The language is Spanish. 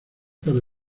para